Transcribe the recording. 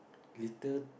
listed